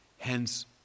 Hence